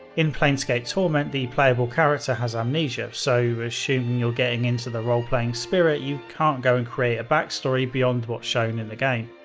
in planescape torment, the playable character has amnesia, so, assuming you're getting into the roleplaying spirit, you can't create a backstory beyond what's shown in the game.